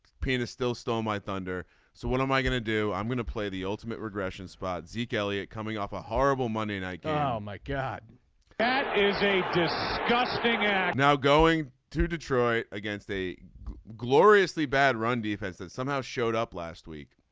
pain is still stole my thunder so what am i going to do. i'm going to play the ultimate regression spot zeke elliott coming off a horrible monday night oh ah my god that is a disgusting act now going to detroit against a gloriously bad run defense that somehow showed up last week